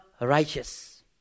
righteous